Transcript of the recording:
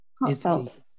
Heartfelt